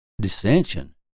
dissension